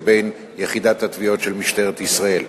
לבין יחידת התביעות של משטרת ישראל.